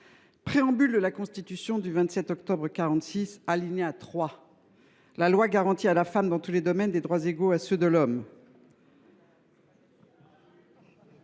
Préambule de la Constitution du 27 octobre 1946 :« La loi garantit à la femme, dans tous les domaines, des droits égaux à ceux de l’homme.